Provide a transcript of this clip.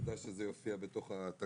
כדאי שזה יופיע בתקנות.